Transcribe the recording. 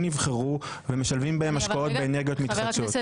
נבחרו ומשלבים בהם השקעות באנרגיות מתחדשות.